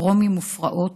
פוגרומים ופרעות,